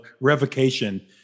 revocation